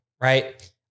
right